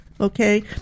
okay